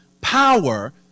power